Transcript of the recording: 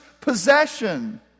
possession